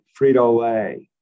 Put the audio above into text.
Frito-Lay